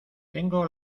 tengo